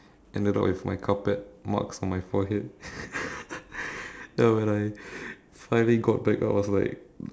ended up with my carpet marks on my forehead then when I finally got back up I was like